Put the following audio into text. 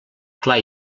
clar